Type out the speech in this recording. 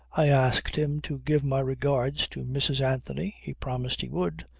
i asked him to give my regards to mrs. anthony. he promised he would.